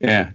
yeah,